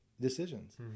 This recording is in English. decisions